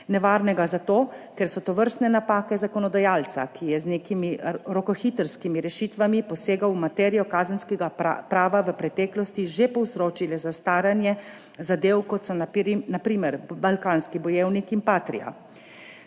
Nevarnega zato, ker so tovrstne napake zakonodajalca, ki je z nekimi rokohitrskimi rešitvami posegal v materijo kazenskega prava, v preteklosti že povzročile zastaranje zadev, kot so na primer Balkanski bojevnik in Patria.